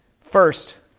First